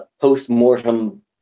post-mortem